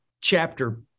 chapter